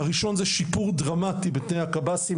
הראשון זה שיפור דרמטי בתנאי הקב"סים.